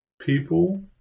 people